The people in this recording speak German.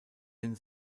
den